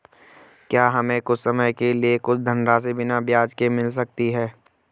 क्या हमें कुछ समय के लिए कुछ धनराशि बिना ब्याज के मिल सकती है?